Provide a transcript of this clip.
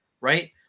right